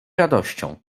radością